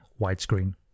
widescreen